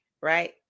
right